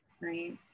right